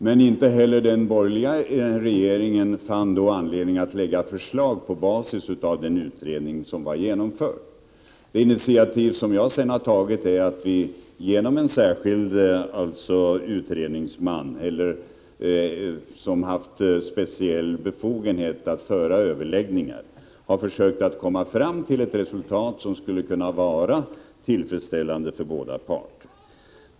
Men inte heller den borgerliga regeringen fann anledning att lägga fram förslag på basis av den utredning som genomförts. Det initiativ som jag sedan har tagit är att vi genom en särskild utredningsman, som haft speciell befogenhet att föra överläggningar, har försökt att komma fram till ett resultat som skulle kunna vara tillfredsställande för båda parter.